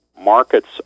markets